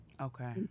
Okay